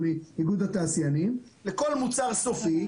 לכל מוצר סופי,